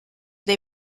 dei